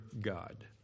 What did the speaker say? God